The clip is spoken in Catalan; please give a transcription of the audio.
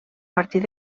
partir